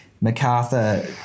MacArthur